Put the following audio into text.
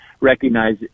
recognize